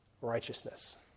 righteousness